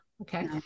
okay